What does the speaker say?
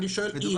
אני שואל אם.